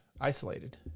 Isolated